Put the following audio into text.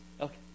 Okay